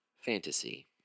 fantasy